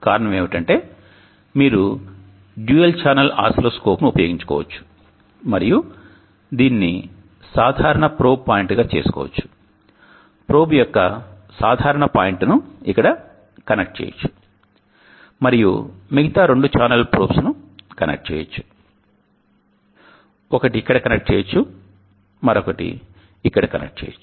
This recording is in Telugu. కారణం ఏమిటంటే మీరు డ్యూయల్ ఛానల్ ఓసిల్లోస్కోప్ను ఉపయోగించుకోవచ్చు మరియు దీనిని సాధారణ ప్రోబ్ పాయింట్గా చేసుకోవచ్చు ప్రోబ్ యొక్క సాధారణ పాయింట్ను ఇక్కడ కనెక్ట్ చేయవచ్చు మరియు మిగతా రెండు ఛానల్ ప్రోబ్స్ను కనెక్ట్ చేయవచ్చు ఒకటి ఇక్కడ కనెక్ట్ చేయవచ్చు మరొకటి ఇక్కడ కనెక్ట్ చేయవచ్చు